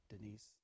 Denise